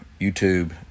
YouTube